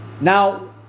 Now